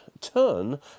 turn